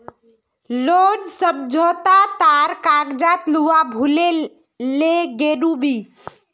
loan समझोता तार कागजात लूवा भूल ले गेनु मि